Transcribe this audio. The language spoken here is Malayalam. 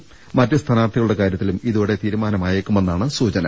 ത്തിലും മറ്റു സ്ഥാനാർഥികളുടെ കാര്യത്തിലും ഇതോടെ തീരുമാ നമായേക്കുമെന്നാണ് സൂചന